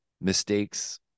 mistakes